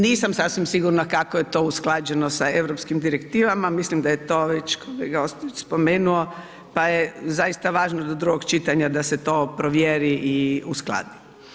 Nisam sasvim sigurna kako je to usklađeno sa europskim direktivama, mislim da je to već kolega Ostojić spomenuo, pa je zaista važno do drugog čitanja da se to provjeri i uskladi.